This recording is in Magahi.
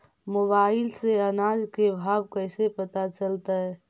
मोबाईल से अनाज के भाव कैसे पता चलतै?